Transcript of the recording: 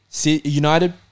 United